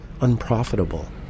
unprofitable